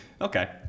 Okay